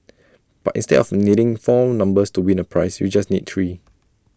but instead of needing four numbers to win A prize you just need three